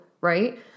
right